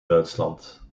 duitsland